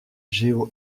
géo